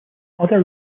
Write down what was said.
other